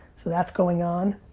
so that's going on.